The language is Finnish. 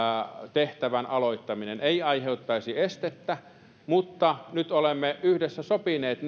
tehtävän aloittaminen ei aiheuttaisi estettä mutta nyt olemme yhdessä sopineet